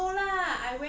is it fake or not